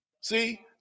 See